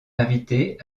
invités